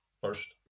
first